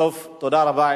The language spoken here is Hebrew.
טוב, תודה רבה.